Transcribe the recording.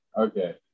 Okay